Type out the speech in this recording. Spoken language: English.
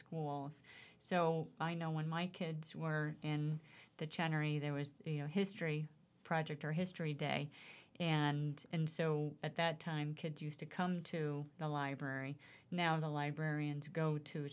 school so i know when my kids were in the generally there was you know history project or history day and and so at that time kids used to come to the library now the librarian to go to